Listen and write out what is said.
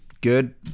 good